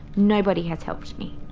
nobody has helped me.